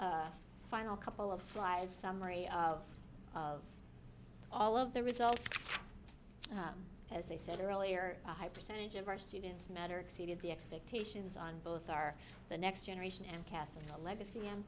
so final couple of slides summary of all of the results as i said earlier a high percentage of our students matter exceeded the expectations on both our the next generation and casanova legacy